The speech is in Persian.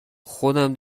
خودم